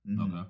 Okay